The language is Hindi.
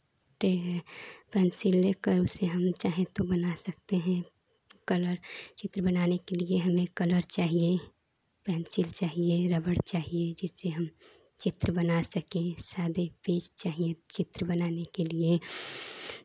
ते हैं पेन्सिल लेकर उसे हम चाहें तो बना सकते हैं कलर चित्र बनाने के लिए हमें कलर चाहिए पेन्सिल चाहिए रबर चाहिए जिससे हम चित्र बना सकें चाहे देख के चाहे चित्र बनाने के लिए